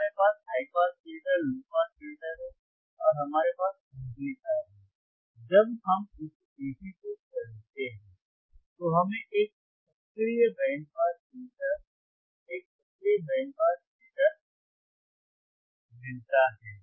हमारे पास high pass filter low pass filter है और हमारे पास एम्पलीफायर है जब हम इसे एकीकृत करते हैं तो हमें एक सक्रिय बैंड पास फिल्टर एक सक्रिय बैंड फिल्टर मिलता है